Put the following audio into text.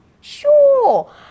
sure